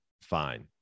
fine